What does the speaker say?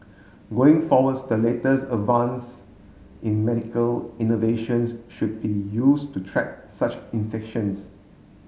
going forwards the latest advance in medical innovations should be used to track such infections